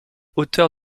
auteur